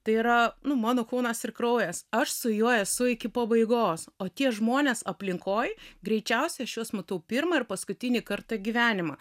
tai yra nu mano kūnas ir kraujas aš su juo esu iki pabaigos o tie žmonės aplinkoj greičiausia aš juos matau pirmą ir paskutinį kartą gyvenime